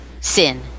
sin